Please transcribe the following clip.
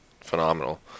phenomenal